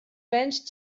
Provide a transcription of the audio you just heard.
vents